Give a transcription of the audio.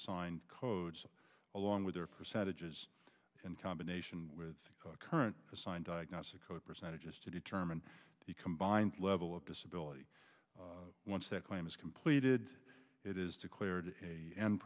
assigned codes along with their percentages in combination with the current assigned diagnostic code percentages to determine the combined level of disability once that claim is completed it is declared a